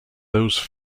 those